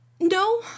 No